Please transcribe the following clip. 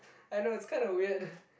I know it's kind of weird